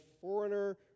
foreigner